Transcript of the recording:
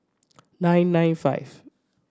nine nine five